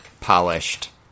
polished